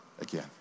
again